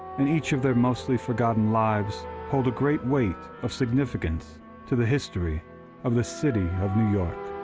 and each of their mostly forgotten lives hold a great weight of significance to the history of the city of new york.